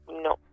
No